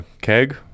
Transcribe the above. Keg